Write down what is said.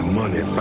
money